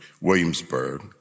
Williamsburg